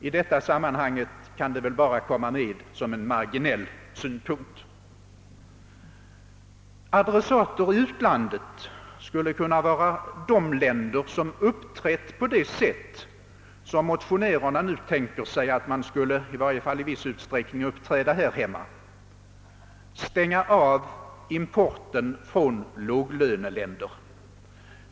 I detta sammanhang kan det väl komma med som marginell synpunkt. Adressater i utlandet skulle de länder kunna vara som uppträtt på det sätt som motionärerna nu tänker sig att man, åtminstone i viss utsträckning, skall uppträda här hemma: hindra importen från låglöneländer.